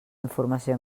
informació